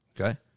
okay